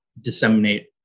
disseminate